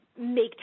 Make